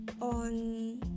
on